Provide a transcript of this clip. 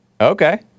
Okay